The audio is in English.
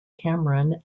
cameron